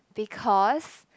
because